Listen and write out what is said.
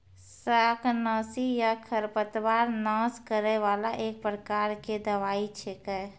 शाकनाशी या खरपतवार नाश करै वाला एक प्रकार के दवाई छेकै